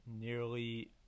nearly